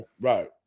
Right